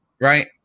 Right